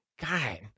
God